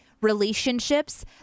relationships